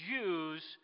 Jews